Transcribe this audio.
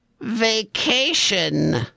vacation